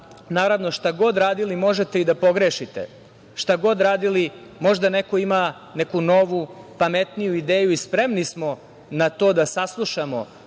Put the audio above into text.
da šta god radili možete i da pogrešite, šta god radili, možda neko ima neku novu, pametniju ideju i spremni smo na to da saslušamo